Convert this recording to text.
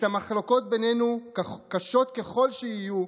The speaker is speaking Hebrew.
את המחלוקות בינינו, קשות ככל שיהיו,